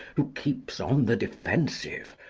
who keeps on the defensive,